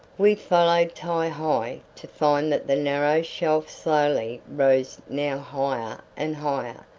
we followed ti-hi, to find that the narrow shelf slowly rose now higher and higher,